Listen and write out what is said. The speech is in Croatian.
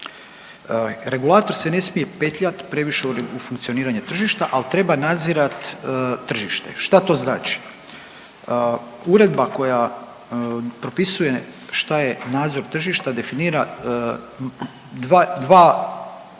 Regulator se ne smije petljati previše u funkcioniranje tržišta ali treba nadzirati tržište. Šta to znači? Uredba koja propisuje šta je nadzor tržišta definira dva, dva načina